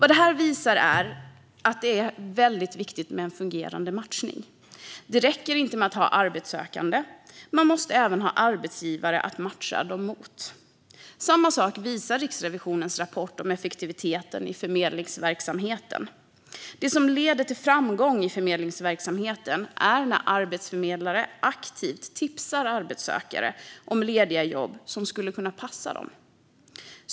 Det här visar att det är väldigt viktigt med en fungerande matchning. Det räcker inte med att ha arbetssökande; man måste även har arbetsgivare att matcha dem mot. Samma sak visar Riksrevisionens rapport om effektiviteten i förmedlingsverksamheten. Det som leder till framgång i förmedlingsverksamheten är när arbetsförmedlare aktivt tipsar arbetssökande om lediga jobb som skulle kunna passa dem.